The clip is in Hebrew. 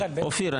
אופיר,